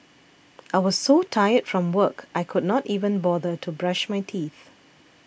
I was so tired from work I could not even bother to brush my teeth